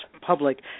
public